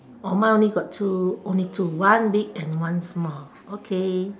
oh mine only got two only two one big and one small okay